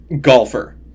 golfer